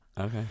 Okay